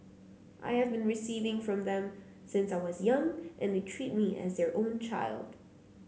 I have been receiving from them since I was young and they treat me as their own child